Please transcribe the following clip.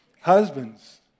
Husbands